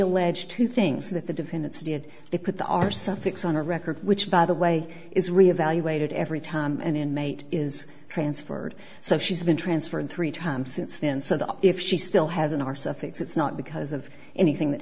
alleged two things that the defendants did they put the r suffix on a record which by the way is re evaluated every time an inmate is transferred so she's been transferred three times since then so the if she still has an arse of it's not because of anything that